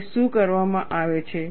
અને શું કરવામાં આવે છે